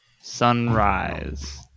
Sunrise